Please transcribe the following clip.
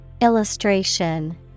Illustration